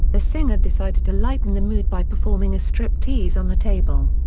the singer decided to lighten the mood by performing a striptease on the table.